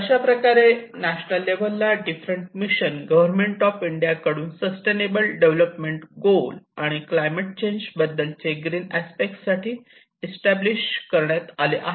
अशाप्रकारे नॅशनल लेव्हलला different mission government of of India कडून सस्टेनेबल डेव्हलपमेंट गोल आणि क्लायमेट चेंज बद्दलचे ग्रीन अस्पेक्ट साठी इस्टॅब्लिश करण्यात आले आहे